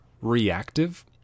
reactive